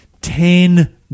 ten